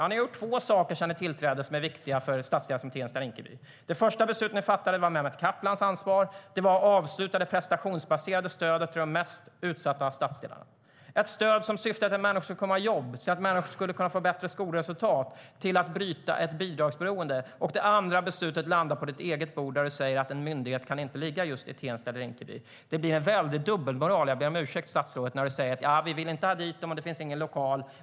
Ja, sedan ni tillträdde har ni gjort två saker som är viktiga för stadsdelar som Tensta-Rinkeby. Det första var ett beslut som Mehmet Kaplan har ansvar för. Det var att avsluta det prestationsbaserade stödet till de mest utsatta stadsdelarna. Det stödet syftade till att människor skulle komma i jobb och skulle se till att människor skulle få bättre skolresultat. Det skulle vara ett stöd för att bryta ett bidragsberoende. Det andra beslutet landar på ditt eget bord, Alice Bah Kuhnke, när du säger att en myndighet inte kan ligga i just Tensta-Rinkeby. Jag ber om ursäkt, men det blir en väldig dubbelmoral när du säger att ni inte vill ha dit dem, och det finns ingen lokal.